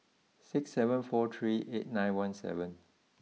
six seven four three eight nine one seven